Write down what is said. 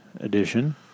edition